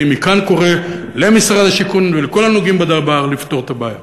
אני מכאן קורא למשרד השיכון ולכל הנוגעים בדבר לפתור את הבעיה.